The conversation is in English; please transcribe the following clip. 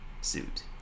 suit